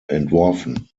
entworfen